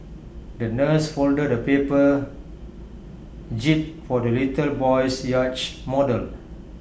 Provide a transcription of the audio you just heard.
the nurse folded A paper jib for the little boy's yacht model